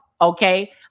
Okay